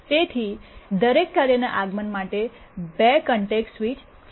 તેથી દરેક કાર્યના આગમન માટે ૨ કોન્ટેક્સ્ટ સ્વિચ છે